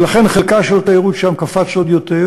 ולכן חלקה של התיירות שם קפץ עוד יותר,